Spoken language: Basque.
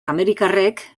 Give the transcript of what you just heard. amerikarrek